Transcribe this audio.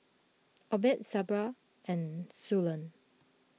Obed Sabra and Suellen